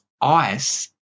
ice